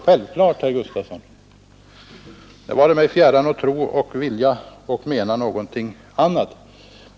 Självfallet, herr Gustavsson. Det vare mig fjärran att mena någonting annat.